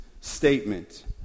statement